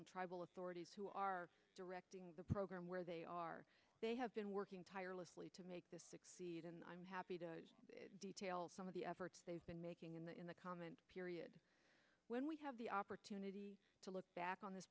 and tribal authorities who are directing the program where they are they have been working tirelessly to make this and i'm happy to detail some of the efforts they've been making in the in the comment period when we have the opportunity to look back on this